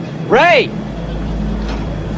Ray